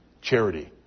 charity